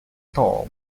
tall